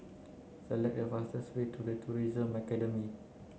select the fastest way to The Tourism Academy